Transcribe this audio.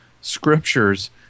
scriptures